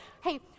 Hey